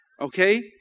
Okay